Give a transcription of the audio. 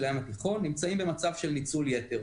נמצאים במצב של ניצול יתר.